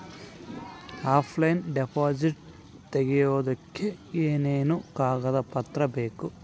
Offline deposit ತೆಗಿಯೋದಕ್ಕೆ ಏನೇನು ಕಾಗದ ಪತ್ರ ಬೇಕು?